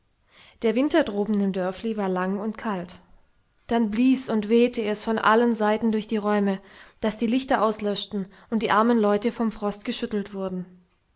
der winter droben im dörfli war lang und kalt dann blies und wehte es von allen seiten durch die räume daß die lichter auslöschten und die armen leute vom frost geschüttelt wurden